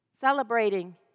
celebrating